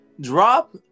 drop